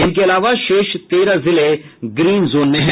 इनके अलावा शेष तेरह जिले ग्रीन जोन में हैं